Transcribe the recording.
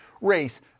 race